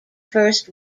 first